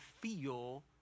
feel